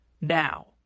Now